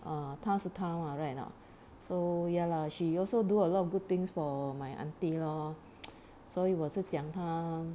a'ah 他是他吗 right or not so ya lah she also do a lot of good things for my auntie lor 所以我是讲他